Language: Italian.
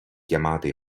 chiamate